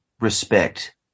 respect